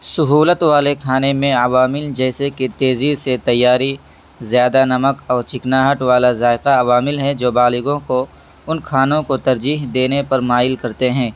سہولت والے کھانے میں عوامل جیسے کہ تیزی سے تیاری زیادہ نمک اور چکناہٹ والا ذائقہ عوامل ہیں جو بالغوں کو ان کھانوں کو ترجیح دینے پر مائل کرتے ہیں